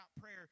prayer